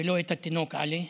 ולא את התינוק עלי,